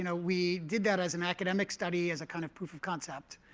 you know we did that as an academic study as a kind of proof of concept.